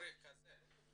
לצורך הזה,